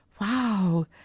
Wow